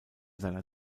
seiner